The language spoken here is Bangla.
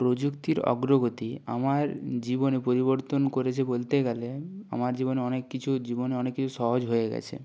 প্রযুক্তির অগ্রগতি আমার জীবনে পরিবর্তন করেছে বলতে গেলে আমার জীবনে অনেক কিছু জীবনে অনেক কিছু সহজ হয়ে গেছে